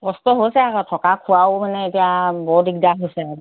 কষ্ট হৈছে আকৌ থকা খোৱাও মানে এতিয়া বৰ দিগদাৰ হৈছে আৰু